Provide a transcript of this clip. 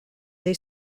they